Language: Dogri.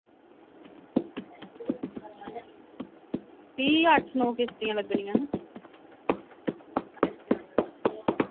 अट्ठ नौ किश्तियां लग्गनियां न